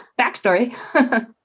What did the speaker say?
backstory